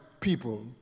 people